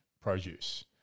produce